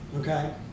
okay